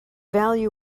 value